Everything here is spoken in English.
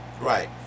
Right